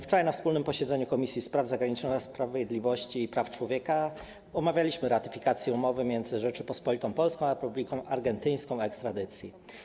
Wczoraj na wspólnym posiedzeniu Komisji: Spraw Zagranicznych oraz Sprawiedliwości i Praw Człowieka omawialiśmy ratyfikację umowy między Rzecząpospolitą Polską a Republiką Argentyńską o ekstradycji.